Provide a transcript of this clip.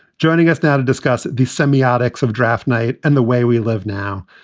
joining us now to discuss the semiotics of draft night and the way we live now,